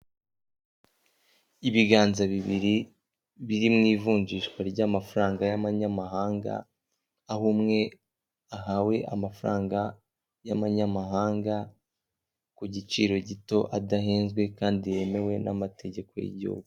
Ibiganza bibiri biri mu ivunjishwa ry'amafaranga y'abanyamahanga aho umwe ahawe amafaranga y'abanyamahanga ku giciro gito adahezwe kandi yemewe n'amategeko y'igihugu.